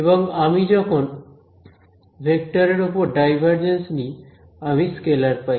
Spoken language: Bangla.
এবং আমি যখন ভেক্টরের ওপর ডাইভারজেন্স নিই আমি স্কেলার পাই